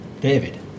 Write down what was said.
David